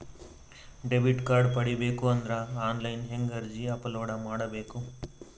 Debit card ಪಡಿಬೇಕು ಅಂದ್ರ online ಹೆಂಗ್ ಅರ್ಜಿ ಅಪಲೊಡ ಮಾಡಬೇಕು?